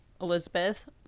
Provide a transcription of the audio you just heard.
Elizabeth